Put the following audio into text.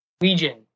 Legion